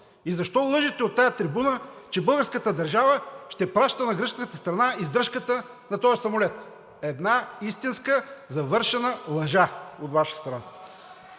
Защо лъжете от тази трибуна, че българската държава ще плаща на гръцката страна издръжката на този самолет – една истинска, завършена лъжа от Ваша страна?!